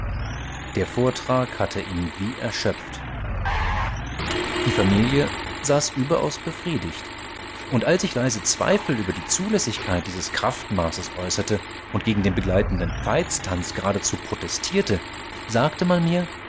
der vortrag hatte ihn wie erschöpft die familie schien überaus befriedigt und als ich leise zweifel über die zulässigkeit dieses kraftmaßes äußerte und gegen den begleitenden veitstanz geradezu protestierte sagte man mir